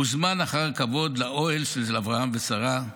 הוזמן אחר כבוד לאוהל של אברהם ושרה,